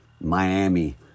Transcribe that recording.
Miami